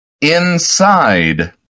inside